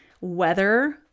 weather